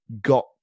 got